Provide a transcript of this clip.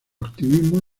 activismo